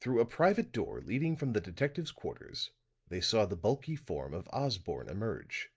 through a private door leading from the detectives' quarters they saw the bulky form of osborne emerge